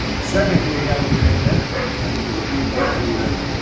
second, we have the pandemic and for the people who have,